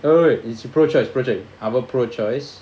oh wait wait it's pro choice pro choice I'm a pro choice